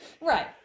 Right